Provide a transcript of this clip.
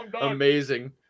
Amazing